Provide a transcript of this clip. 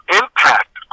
impact